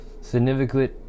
significant